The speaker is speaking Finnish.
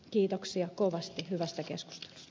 kiitoksia kovasti hyvästä keskustelusta